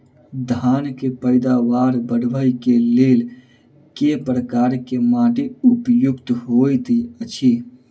धान केँ पैदावार बढ़बई केँ लेल केँ प्रकार केँ माटि उपयुक्त होइत अछि?